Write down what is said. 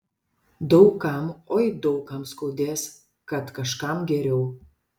daug kam oi daug kam skaudės kad kažkam geriau